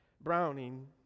Browning